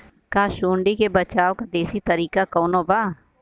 का सूंडी से बचाव क देशी तरीका कवनो बा?